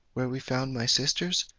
where we found my sisters,